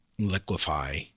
liquefy